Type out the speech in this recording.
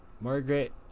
Margaret